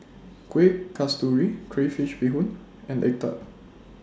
Kueh Kasturi Crayfish Beehoon and Egg Tart